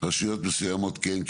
רשויות מסוימות כן,